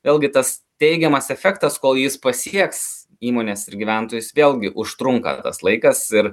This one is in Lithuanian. vėlgi tas teigiamas efektas kol jis pasieks įmones ir gyventojus vėlgi užtrunka tas laikas ir